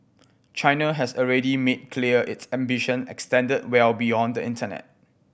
China has already made clear its ambition extend well beyond the internet